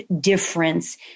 difference